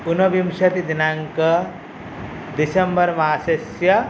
उनविंशतिदिनाङ्कः दिसम्बर् मासस्य